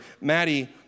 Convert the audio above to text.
Maddie